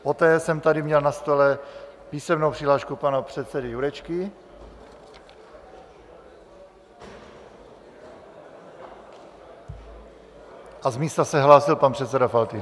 Poté jsem tady měl na stole písemnou přihlášku pana předsedy Jurečky a z místa se hlásil pan předseda Faltýnek.